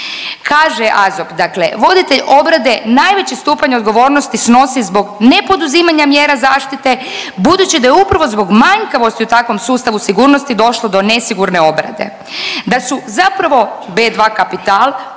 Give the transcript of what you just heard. Kaže AZOP, dakle voditelj obrade najveći stupanj odgovornosti snovi zbog nepoduzimanja mjera zaštite budući da je upravo zbog manjkavosti u takvom sustavu sigurnosti došlo do nesigurne obrade. Da su zapravo B2 Kapital